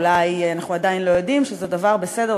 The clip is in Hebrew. אולי אנחנו עדיין לא יודעים שזה בסדר,